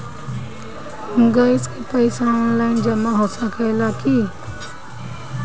Gas के पइसा online जमा हो सकेला की?